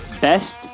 Best